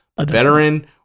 Veteran